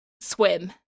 swim